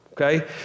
okay